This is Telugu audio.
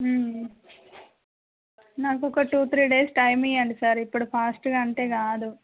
నాకు ఒక టూ త్రీ డేస్ టైమ్ ఇవ్వండి సార్ ఇప్పుడు ఫాస్ట్గా అంటే కాదు